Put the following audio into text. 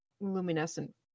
luminescent